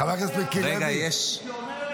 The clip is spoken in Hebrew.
חדשה של היועצת.